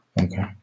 Okay